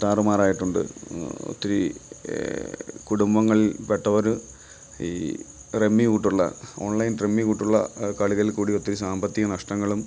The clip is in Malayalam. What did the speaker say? താറുമാറായിട്ടുണ്ട് ഒത്തിരി കുടുംബങ്ങളിൽപ്പെട്ടവർ ഈ റമ്മി കൂട്ടുള്ള ഓൺലൈൻ റമ്മി കൂട്ടുള്ള കളികളിൽ കൂടി ഒത്തിരി സാമ്പത്തിക നഷ്ടങ്ങളും